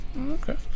Okay